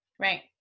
Right